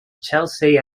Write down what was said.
chelsea